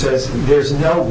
says there's no